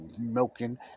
milking